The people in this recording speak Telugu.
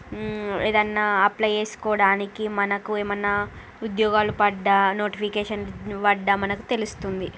ఏదన్నా అప్లై చేసుకోడానికి మనకు ఏమన్నా ఉద్యోగాలు పడ్డా నోటిఫికేషన్స్ పడ్డా మనకు తెలుస్తుంది